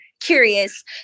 Curious